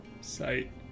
sight